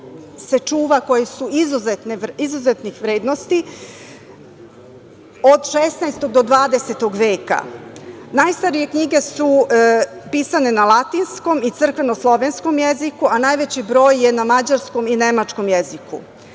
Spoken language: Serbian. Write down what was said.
se čuva koje su izuzetnih vrednosti, od 16. do 20. veka. Najstarije knjige su pisane na latinskom i crkveno slovenskom jeziku, a najveći broj je na mađarskom i nemačkom jeziku. Ako